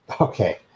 Okay